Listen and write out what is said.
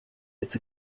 its